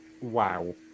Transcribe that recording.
Wow